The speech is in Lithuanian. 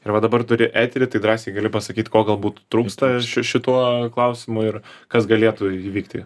ir va dabar turi eterį tai drąsiai gali pasakyt ko galbūt trūksta ši šituo klausimu ir kas galėtų įvykti